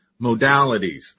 modalities